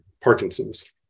Parkinson's